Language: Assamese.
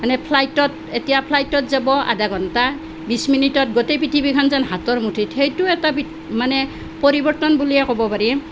মানে ফ্লাইটত এতিয়া ফ্লাইটত যাব আধা ঘণ্টা বিশ মিনিটত গোটেই পৃথিৱীখন যেন হাতৰ মুঠিত সেইটো এটা মানে পৰিৱৰ্তন বুলিয়ে ক'ব পাৰি